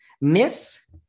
Miss